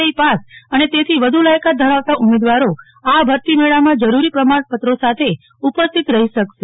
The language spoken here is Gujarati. આઈ પાસ અને તેથી વધુ લાયકાત ધરાવતા ઉમેદવારો આ ભરતી મેળામાં જરૂરી પ્રમાણપત્રો સાથે ઉપસ્થિત રહી શકશે